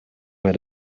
met